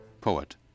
poet